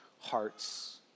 hearts